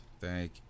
Thank